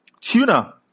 Tuna